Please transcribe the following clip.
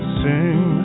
sing